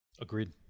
Agreed